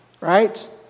right